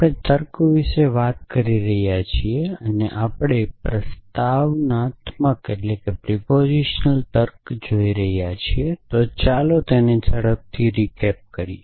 આપણે તર્ક વિષે વાત કરી રહ્યા છીએ અને આપણે પ્રસ્તાવનાત્મક તર્ક જોઈ રહ્યા છીએ તેથી ચાલો તેને ઝડપથી જોઈ લઈએ